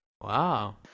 Wow